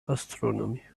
astronomy